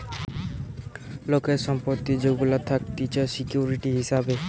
লোকের সম্পত্তি যেগুলা থাকতিছে সিকিউরিটি হিসাবে